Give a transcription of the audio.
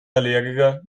allergiker